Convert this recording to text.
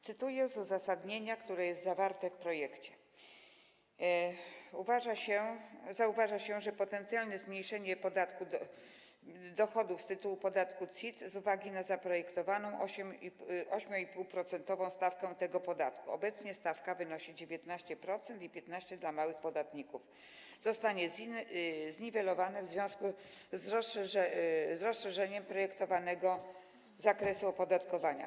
Cytuję z uzasadnienia, które jest zawarte w projekcie: Zauważa się, że potencjalne zmniejszenie dochodów z tytułu podatku CIT z uwagi na zaprojektowaną 8,5-procentową stawkę tego podatku - obecnie stawka wynosi 19% i 15% dla małych podatników - zostanie zniwelowane w związku z rozszerzeniem projektowanego zakresu opodatkowania.